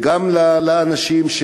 לאנשים,